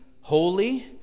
holy